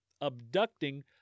abducting